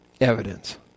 evidence